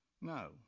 No